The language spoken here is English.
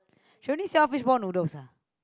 she only sell fishball noodles ah